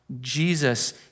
Jesus